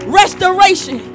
restoration